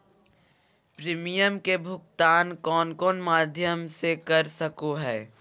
Premium के भुक्तान कौन कौन माध्यम से कर सको है?